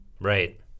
Right